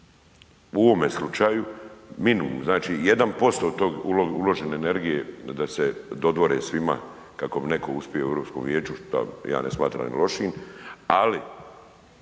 U ovome slučaju minimum, znači 1% te uložene energije da se dodvore svima kako bi netko uspio u Europskom vijeću, šta ja ne smatram ni lošim ali